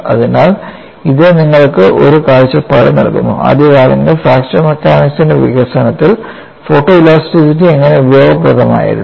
അതിനാൽ ഇത് നിങ്ങൾക്ക് ഒരു കാഴ്ചപ്പാട് നൽകുന്നു ആദ്യകാലങ്ങളിൽ ഫ്രാക്ചർ മെക്കാനിക്സിന്റെ വികസനത്തിൽ ഫോട്ടോലാസ്റ്റിറ്റി എങ്ങനെ ഉപയോഗപ്രദമായിരുന്നു